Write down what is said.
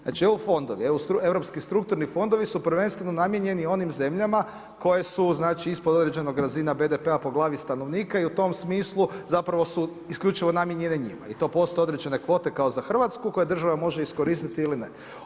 Znači eu fondovi, europski strukturni fondovi su prvenstveno namijenjeni onim zemljama koje su ispod određene razine BDP-a po glavi stanovnika i u tom smislu isključivo namijenjeni njima i to postoje određene kvote kao za Hrvatsku koje država može iskoristiti ili ne.